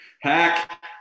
Hack